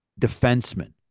defenseman